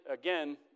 again